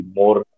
more